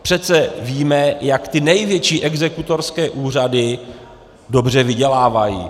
Přece víme, jak ty největší exekutorské úřady dobře vydělávají.